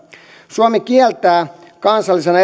suomi olisi halunnut kieltää kansallisena